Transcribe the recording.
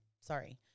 Sorry